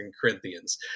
Corinthians